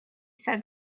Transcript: said